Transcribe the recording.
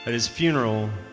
but his funeral,